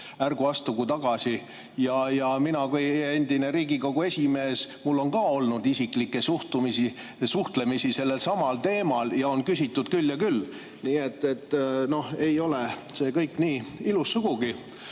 ärgu astugu tagasi. Ja mina kui endine Riigikogu esimees, mul on ka olnud isiklikku suhtlemist sellelsamal teemal ja on küsitud küll ja küll. Nii et ei ole see kõik nii ilus sugugi.